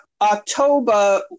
October